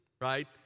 right